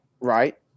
right